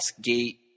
Gate